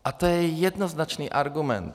A to je jednoznačný argument.